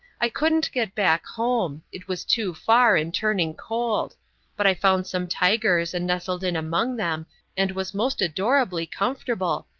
i couldn't get back home it was too far and turning cold but i found some tigers and nestled in among them and was most adorably comfortable,